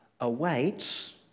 awaits